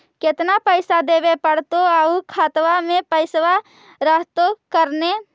केतना पैसा देबे पड़तै आउ खातबा में पैसबा रहतै करने?